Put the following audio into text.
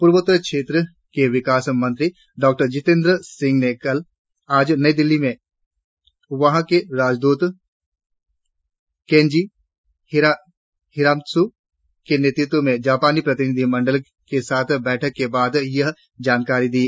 प्रर्वोत्तर क्षेत्र के विकास मंत्री डॉक्टर जितेंद्र सिंह ने आज नई दिल्ली में वहां के राजद्रत केनजी हिरामत्सू के नेतृत्व में जापानी प्रतिनिधिमंडल के साथ बैठक के बाद यह जानकारी दी